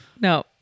No